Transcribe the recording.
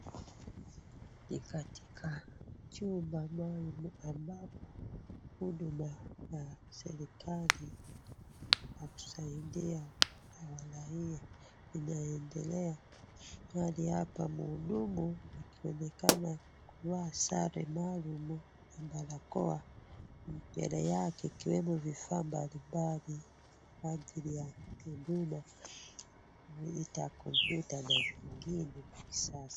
Ni katika chumba maalum, ambapo huduma za serikali za kusaidia raia inaendelea. Pahali hapa mhudumu akionekana kuvaa sare maalum, na barakoa. Mbele yake ikiwemo vifaa mbalimbali, kwa ajili ya khuduma. Monita, Kompyuta, na zingine za kisasa.